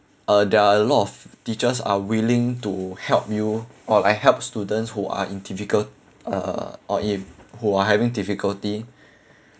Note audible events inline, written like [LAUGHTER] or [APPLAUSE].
uh there are a lot of teachers are willing to help you or like help students who are in difficult uh or if who are having difficulty [BREATH]